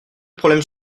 problèmes